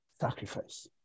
sacrifice